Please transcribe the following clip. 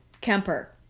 Kemper